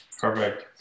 perfect